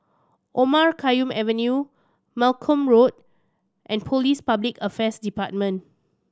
Omar Khayyam Avenue Malcolm Road and Police Public Affairs Department